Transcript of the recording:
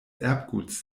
erbguts